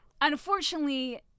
unfortunately